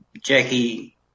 Jackie